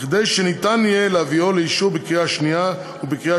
כדי שניתן יהיה להביאו לאישור בקריאה השנייה ובקריאה